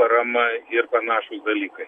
parama ir panašūs dalykai